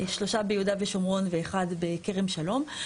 3 ביהודה ושומרון ואחד בכרם שלם.